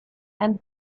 and